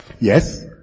Yes